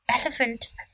Elephant